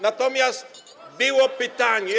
Natomiast było pytanie.